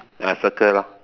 uh circle lor